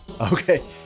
Okay